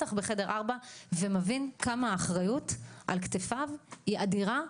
ובטח בחדר ארבע ומבין כמה האחריות שמוטלת על כתפיו היא אדירה,